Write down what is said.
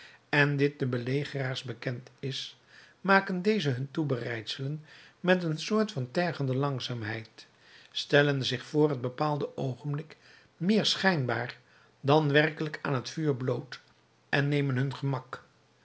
en dit den belegeraars bekend is maken dezen hun toebereidselen met een soort van tergende langzaamheid stellen zich vr het bepaalde oogenblik meer schijnbaar dan werkelijk aan het vuur bloot en nemen hun gemak